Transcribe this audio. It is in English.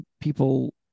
people